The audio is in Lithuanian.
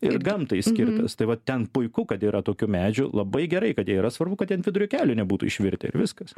ir gamtai skirtas tai vat ten puiku kad yra tokių medžių labai gerai kad jie yra svarbu kad jie ant vidurio kelio nebūtų išvirtę ir viskas